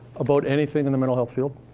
about anything in the mental health field?